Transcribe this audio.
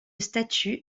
statut